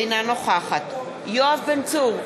אינה נוכחת יואב בן צור,